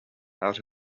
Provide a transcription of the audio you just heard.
out